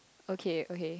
okay okay